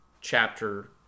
chapter